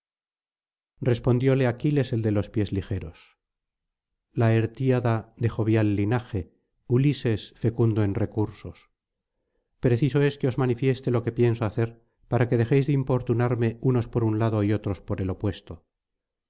respondióle aquiles el de los pies ligeros laertíada de jovial linaje ulises fecundo en recursos preciso es que os manifieste lo que pienso hacer para que dejéis de importunarme unos por un lado y otros por el opuesto me